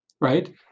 right